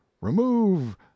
remove